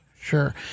Sure